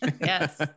Yes